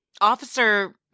officer